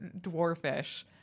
dwarfish